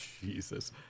jesus